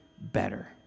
better